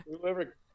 Whoever